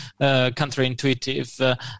counterintuitive